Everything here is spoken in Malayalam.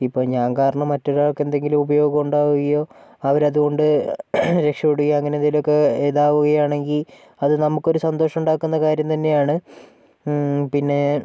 ഇപ്പോൾ ഞാൻ കാരണം മറ്റൊരാൾക്ക് എന്തെങ്കിലും ഉപയോഗം ഉണ്ടാവുകയോ അവര് അതുകൊണ്ട് രക്ഷപെടുകയോ അങ്ങനെ എന്തെങ്കിലുമൊക്കെ ഇതാവുകയാണെങ്കി അത് നമുക്കൊരു സന്തോഷം ഉണ്ടാക്കുന്ന കാര്യം തന്നെയാണ് പിന്നേ